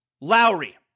Lowry